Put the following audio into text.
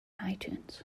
itunes